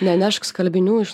nenešk skalbinių iš